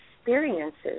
experiences